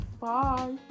Bye